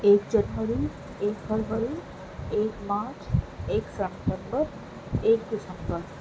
ایک جنوری ایک فروری ایک مارچ ایک سپتمبر ایک دسمبر